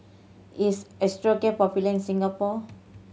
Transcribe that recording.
is Osteocare popular in Singapore